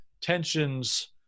tensions